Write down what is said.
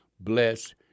bless